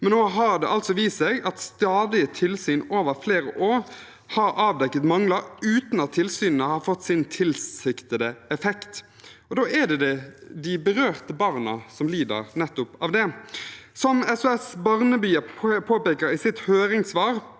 men nå har det altså vist seg at stadige tilsyn over flere år har avdekket mangler uten at tilsynene har fått sin tilsiktede effekt. Da er det nettopp de berørte barna som lider under det. Som SOS-barnebyer påpeker i sitt høringssvar: